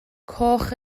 coch